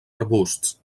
arbusts